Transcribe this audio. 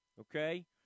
okay